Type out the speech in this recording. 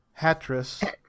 hatress